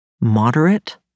moderate